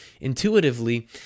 intuitively